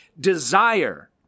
desire